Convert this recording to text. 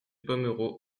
pomereux